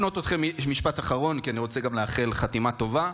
משפט אחרון, כי אני רוצה גם לאחל חתימה טובה.